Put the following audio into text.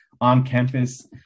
on-campus